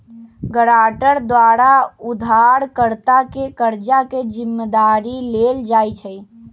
guarantor द्वारा उधारकर्ता के कर्जा के जिम्मदारी लेल जाइ छइ